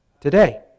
today